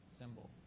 symbol